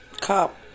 Cop